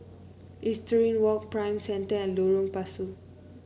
Equestrian Walk Prime Center and Lorong Pasu